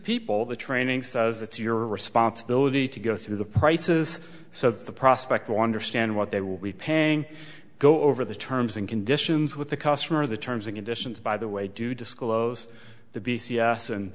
people the training says it's your responsibility to go through the prices so that the prospect will understand what they will be paying go over the terms and conditions with the customer the terms and conditions by the way do disclose the b